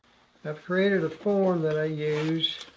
i've created a form that i use